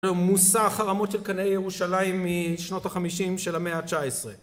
מושא ההחרמות של קנאי ירושלים משנות ה-50 של המאה ה-19